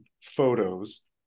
photos